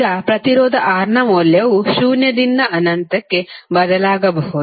ಈಗ ಪ್ರತಿರೋಧ R ನ ಮೌಲ್ಯವು ಶೂನ್ಯದಿಂದ ಅನಂತಕ್ಕೆ ಬದಲಾಗಬಹುದು